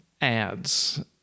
ads